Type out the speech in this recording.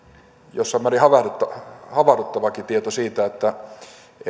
jossain määrin havahduttavakin havahduttavakin tieto siitä